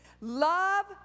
love